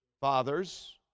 Fathers